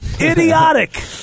idiotic